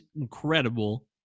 incredible